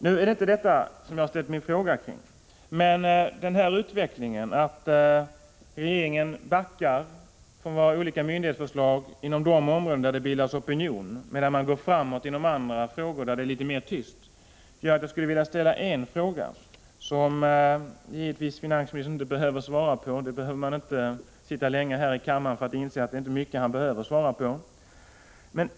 Nu är det inte detta jag ställt min fråga om. Men den här utvecklingen att regeringen backar från olika myndighetsförslag inom de områden där det bildas opinion men går framåt i frågor där det är litet mera tyst får mig att ställa en fråga, som givetvis finansministern inte behöver svara på — man behöver inte sitta länge här i kammaren för att inse att det inte är mycket han behöver svara på.